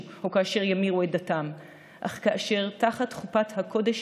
או כאשר ימירו את דתם אלא כאשר תחת חופת הקודש